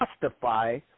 justify